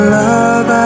love